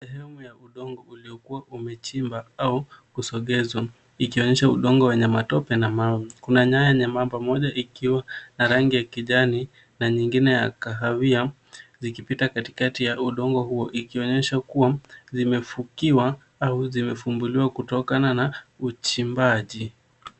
Sehemu ya udongo uliokuwa umechimba au kusogezwa ikionyesha udongo wenye matope na mawe. Kuna nyaya nyembamba pamoja ikiwa na rangi ya kijani na ingine ya kahawia zikipita katikati ya udongo huo ikionyesha kuwa zimefukiwa au zimefumbuliwa kutokana na uchimbaji.